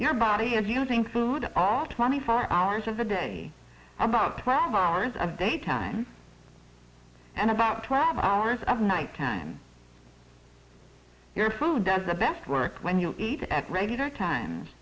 your body if you think food all twenty four hours of a day about twelve hours of daytime and about travel hours of nighttime your food does the best work when you eat at regular times